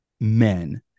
men